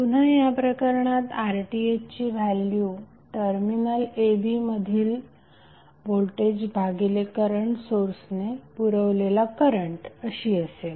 पुन्हा या प्रकारणात RThची व्हॅल्यू टर्मिनल a b मधील व्होल्टेज भागिले करंट सोर्सने पुरवलेला करंट अशी असेल